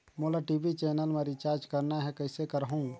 मोला TV channel मा recharge करना हे, कइसे करहुँ?